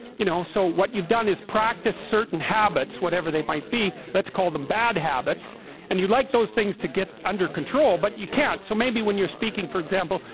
you know, so what you've done is practice certain habits, whatever they might be let's call them bad habits and you like those things to get under control? but you can't so maybe when you're speaking for example,